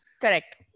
Correct